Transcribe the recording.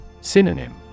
Synonym